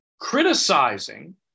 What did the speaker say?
criticizing